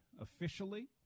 officially